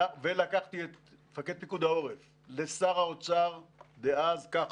ולקחתי את מפקד פיקוד העורף לשר האוצר דאז כחלון,